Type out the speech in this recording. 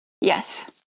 Yes